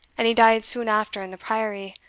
and he died soon after in the priory,